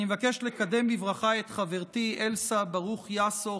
אני מבקש לקדם בברכה את חברתי אלסה ברוך יאסו,